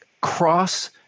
cross